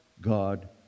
God